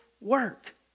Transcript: work